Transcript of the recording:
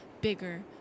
bigger